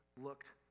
looked